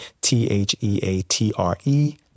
T-H-E-A-T-R-E